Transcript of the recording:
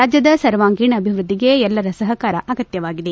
ರಾಜ್ಯದ ಸರ್ವಾಂಗೀಣ ಅಭಿವೃದ್ದಿಗೆ ಎಲ್ಲರ ಸಹಕಾರ ಅಗತ್ಯವಾಗಿದೆ